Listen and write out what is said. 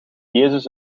jezus